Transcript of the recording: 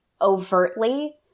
overtly